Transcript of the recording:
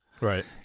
Right